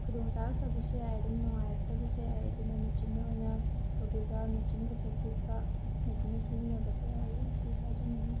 ꯈꯨꯗꯣꯡ ꯆꯥꯔꯛꯇꯕꯁꯨ ꯌꯥꯝ ꯑꯗꯨꯝ ꯅꯨꯡꯉꯥꯏꯔꯛꯇꯕꯁꯨ ꯌꯥꯏ ꯑꯗꯨꯅ ꯃꯦꯆꯤꯟꯅ ꯑꯣꯏꯅ ꯇꯧꯕꯤꯕ ꯃꯦꯆꯤꯟ ꯄꯨꯊꯣꯛꯄꯤꯕ ꯃꯦꯆꯤꯟꯅ ꯁꯤꯖꯤꯟꯅꯕꯁꯦ ꯑꯩ ꯁꯤ ꯍꯥꯏꯖꯅꯤꯡꯏ